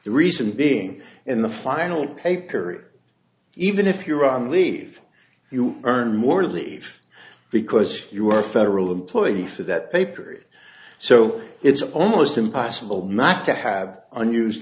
the reason being in the final pay period even if you're on leave you earn more leave because you are federal employee for that papery so it's almost impossible not to have unused